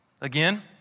again